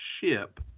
ship